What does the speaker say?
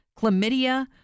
chlamydia